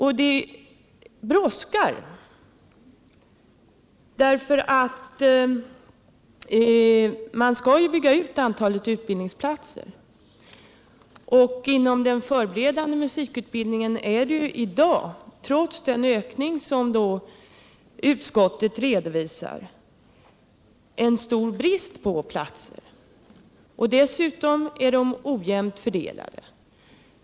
Det brådskar eftersom man skall bygga ut antalet utbildningsplatser. Inom den förberedande musikutbildningen är det i dag, trots den ökning som utskottet redovisar, en stor brist på platser, och dessutom är de ojämnt fördelade.